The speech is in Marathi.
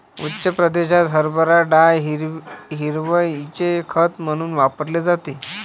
उत्तर प्रदेशात हरभरा डाळ हिरवळीचे खत म्हणून वापरली जाते